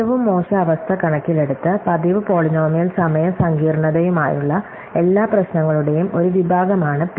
ഏറ്റവും മോശം അവസ്ഥ കണക്കിലെടുത്ത് പതിവ് പോളിനോമിയൽ സമയ സങ്കീർണ്ണതയുമായുള്ള എല്ലാ പ്രശ്നങ്ങളുടെയും ഒരു വിഭാഗമാണ് പി